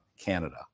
Canada